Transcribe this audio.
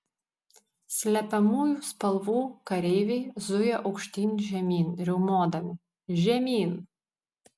slepiamųjų spalvų kareiviai zuja aukštyn žemyn riaumodami žemyn